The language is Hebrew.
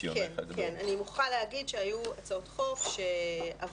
כן, אני מוכרחה להגיד שהיו הצעות חוק שעברו,